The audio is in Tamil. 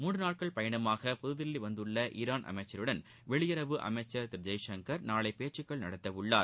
மூன்று நாள் பயணமாக புதுதில்லி வந்துள்ள ஈரான் அமைச்சருடன் வெளியுறவு அமைச்சர் திரு ஜெய்சங்கர் நாளை பேச்சுக்கள் நடத்தவுள்ளார்